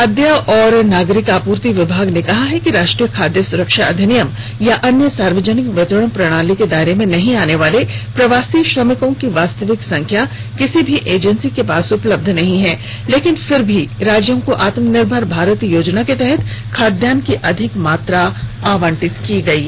खाद्य और नागरिक आपूर्ति विभाग ने कहा है कि राष्ट्रीय खाद्य सुरक्षा अधिनियम या अन्य सार्वजनिक वितरण प्रणाली के दायरे में नहीं आने वाले प्रवासी श्रमिकों की वास्तविक संख्या किसी भी ऐजेंसी के पास उपलब्ध नहीं है लेकिन फिर भी राज्यों को आत्मनिर्भर भारत योजना के तहत खाद्यान्न की अधिक मात्रा आवंटित की गयी